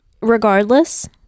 regardless